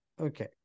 Okay